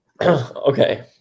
okay